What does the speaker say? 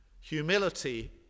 Humility